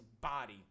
body